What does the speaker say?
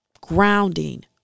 grounding